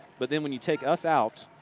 but then when you take us out,